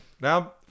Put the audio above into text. Now